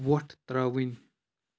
وۄٹھ ترٛاوٕنۍ